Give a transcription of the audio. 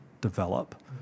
develop